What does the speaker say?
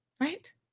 right